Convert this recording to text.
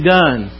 done